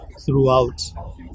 throughout